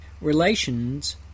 relations